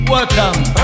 Welcome